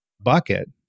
bucket